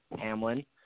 Hamlin